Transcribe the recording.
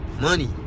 Money